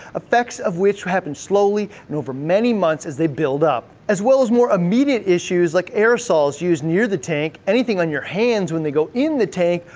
affects of which happen slowly and over many months as they build up, as well as more immediate issues like aerosols used near the tank, anything on your hands when they go in the tank,